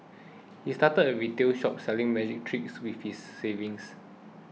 he started a retail shop selling magic tricks with his savings